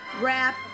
rap